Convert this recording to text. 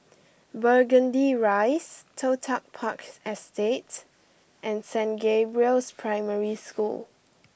Burgundy Rise Toh Tuck Parks Estate and Saint Gabriel's Primary School